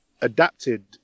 adapted